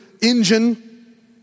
engine